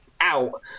out